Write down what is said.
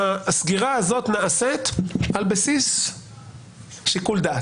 הסגירה הזו נעשית על בסיס שיקול דעת.